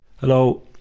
Hello